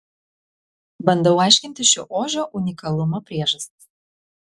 bandau aiškintis šio ožio unikalumo priežastis